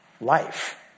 Life